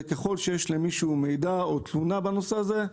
וככל שיש למישהו מידע או תלונה במקרה הזה,